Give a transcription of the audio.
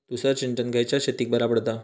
तुषार सिंचन खयल्या शेतीक बरा पडता?